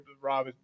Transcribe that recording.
Rob